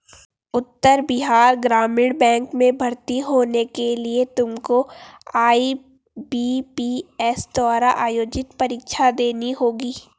उत्तर बिहार ग्रामीण बैंक में भर्ती होने के लिए तुमको आई.बी.पी.एस द्वारा आयोजित परीक्षा देनी होगी